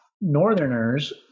Northerners